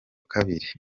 kabiri